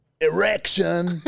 Erection